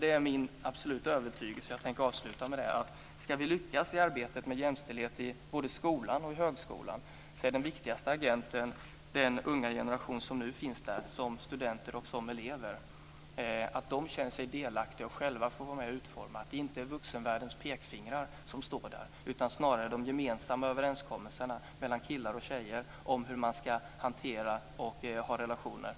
Det är min absoluta övertygelse - och detta tänker jag avsluta med - att om vi ska lyckas i arbetet med jämställdhet i både skolan och högskolan så är den viktigaste agenten den unga generation som nu finns där som studenter och elever. De måste känna sig delaktiga och själva få vara med och utforma det hela. Det ska inte vara vuxenvärldens pekfingrar som står där, utan snarare de gemensamma överenskommelserna mellan killar och tjejer om hur man ska hantera och ha relationer.